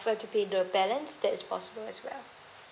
would like to pay the balance that is possible as well